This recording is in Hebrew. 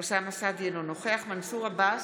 אוסאמה סעדי, אינו נוכח מנסור עבאס,